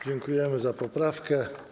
Dziękujemy za poprawkę.